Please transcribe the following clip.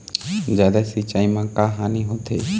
जादा सिचाई म का हानी होथे?